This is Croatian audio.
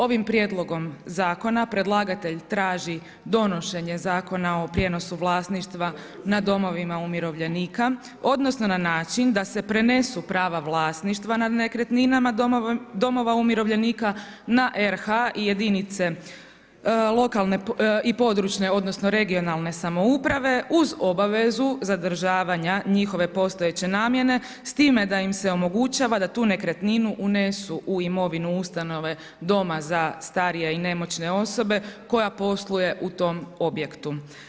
Ovim prijedlogom zakona predlagatelj traži donošenje Zakona o prijenosu vlasništva na domovina umirovljenika odnosno na način da se prenesu prava vlasništva nad nekretnina domova umirovljenika na RH i jedinica lokalne i područne (regionalne) samouprave uz obavezu zadržavanja njihove postojeće namjene s time da im se omogućava da tu nekretninu unesu u imovinu ustanove doma za starije i nemoćne osobe koja posluje u tom objektu.